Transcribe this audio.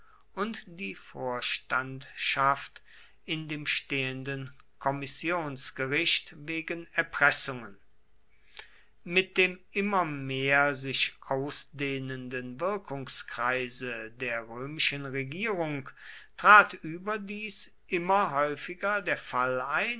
und die vorstandschaft in dem stehenden kommissionsgericht wegen erpressungen mit dem immer mehr sich ausdehnenden wirkungskreise der römischen regierung trat überdies immer häufiger der fall